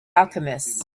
alchemists